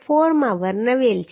4 માં વર્ણવેલ છે